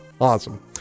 Awesome